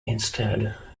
instead